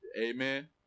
Amen